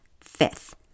Fifth